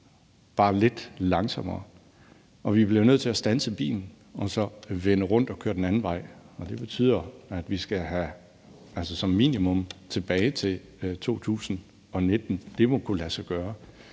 bare lidt langsommere, og vi bliver nødt til at standse bilen og så vende rundt og køre den anden vej. Det betyder, at vi som minimum skal tilbage til 2019. Det må kunne lade sig gøre.